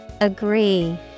Agree